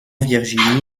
virginie